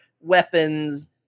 weapons